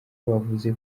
bavuze